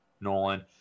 Nolan